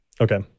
okay